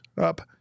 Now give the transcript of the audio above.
up